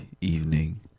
evening